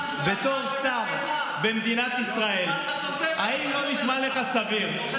בתור שר במדינת ישראל, קיבלת תוספת, אני אומר לך.